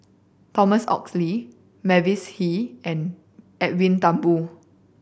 Thomas Oxley Mavis Hee and Edwin Thumboo